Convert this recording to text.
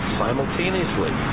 simultaneously